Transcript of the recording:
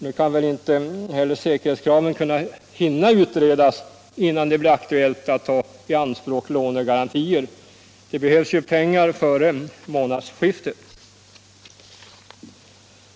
Man hinner väl inte heller utreda säkerhetskraven innan det blir aktuellt att ta i anspråk lånegarantier. Det behövs ju pengar före månadsskiftet.